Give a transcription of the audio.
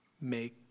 make